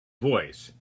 voice